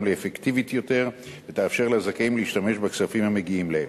לאפקטיבית ותאפשר לזכאים להשתמש בכספים המגיעים להם.